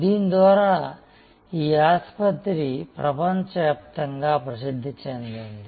దీని ద్వారా ఈ ఆసుపత్రి ప్రపంచవ్యాప్తంగా ప్రసిద్ధి చెందింది